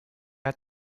hat